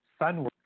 sunwork